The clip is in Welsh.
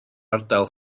ardal